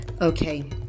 Okay